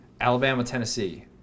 Alabama-Tennessee